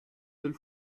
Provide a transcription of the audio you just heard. del